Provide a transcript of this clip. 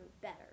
better